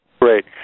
Great